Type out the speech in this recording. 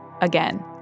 again